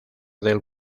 del